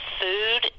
food